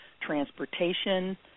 transportation